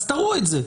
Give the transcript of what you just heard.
אז תראו את זה.